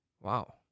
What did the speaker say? wow